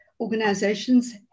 organizations